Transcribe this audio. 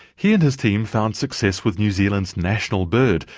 he and his team found success with new zealand's national bird,